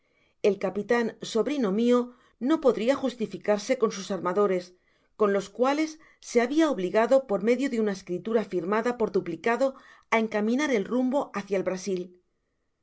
el capitan sobrino mio no podria justificarse con sus armadores con los cuales se habia obligado por medio de una escritura firmada por duplicado á encaminar el rumbo hácia el brasil a